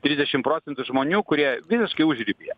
trisdešimt procentų žmonių kurie visiškai užribyje